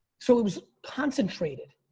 so it was concentrated.